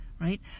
right